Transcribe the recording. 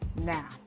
Now